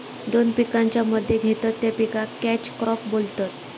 दोन पिकांच्या मध्ये घेतत त्या पिकाक कॅच क्रॉप बोलतत